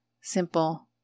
Simple